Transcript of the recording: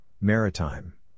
Maritime